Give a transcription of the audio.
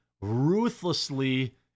ruthlessly